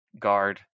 guard